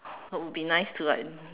it would be nice to like